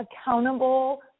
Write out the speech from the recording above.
accountable